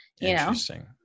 Interesting